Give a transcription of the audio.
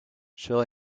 shall